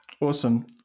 awesome